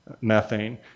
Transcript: methane